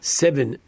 seven